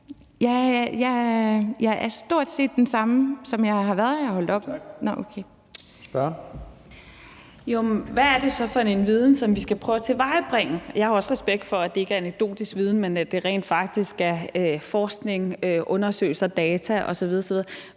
Kl. 17:55 Zenia Stampe (RV): Jo, men hvad er det så for en viden, som vi skal prøve at tilvejebringe? Jeg har også respekt for, at det ikke er anekdotisk viden, men at det rent faktisk er forskning, undersøgelser, data osv.